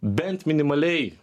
bent minimaliai